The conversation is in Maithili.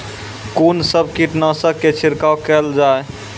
कून सब कीटनासक के छिड़काव केल जाय?